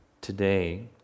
today